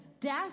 death